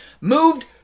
moved